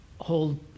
hold